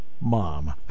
mom